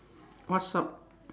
what's up